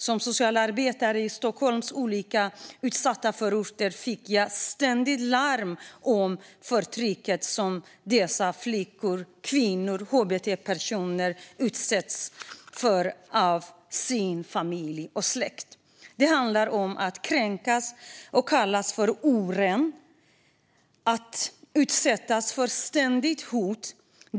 Som socialarbetare i Stockholms olika utsatta förorter fick jag också ständigt larm om förtrycket som dessa flickor, kvinnor och hbtq-personer utsattes för av familj och släkt. Det handlar om att kränkas, att kallas för oren och att utsättas för ständiga hot.